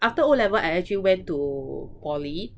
after O-level I actually went to poly